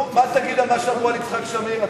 מה תגיד על מה שאמרו על יצחק שמיר?